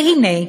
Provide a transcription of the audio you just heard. והנה,